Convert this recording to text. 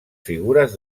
figures